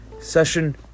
session